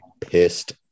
pissed